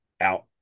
out